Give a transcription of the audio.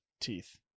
teeth